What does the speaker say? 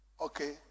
Okay